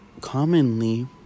commonly